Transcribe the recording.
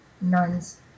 nuns